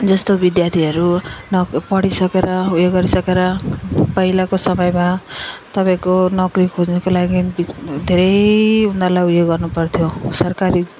जस्तो विद्यार्थीहरू नक पढिसकेर उयो गरिसकेर पहिलाको समयमा तपाईँको नोकरी खोज्नुको लागि धेरै उनीहरूलाई उयो गर्नु पर्थ्यो सरकारी